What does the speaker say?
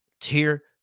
tier